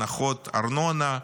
הנחות ארנונה,